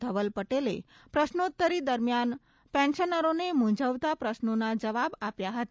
ધવલ પટેલે પ્રશ્નોત્તરી દરમ્યિાન પેન્શનરોને મૂંઝવતા પ્રશ્નોના જવાબ આપ્યા હતા